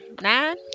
nine